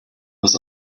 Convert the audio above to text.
was